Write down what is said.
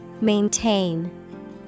Maintain